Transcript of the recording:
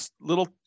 little